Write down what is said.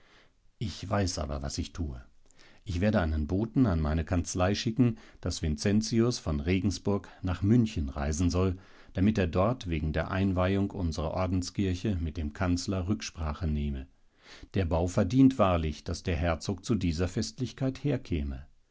ich weiß aber was ich tue ich werde einen boten an meine kanzlei schicken daß vincentius von regensburg nach münchen reisen soll damit er dort wegen der einweihung unserer ordenskirche mit dem kanzler rücksprache nehme der bau verdient wahrlich daß der herzog zu dieser festlichkeit herkäme